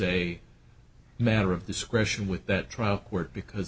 a matter of discretion with that trial where because